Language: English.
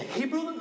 Hebrew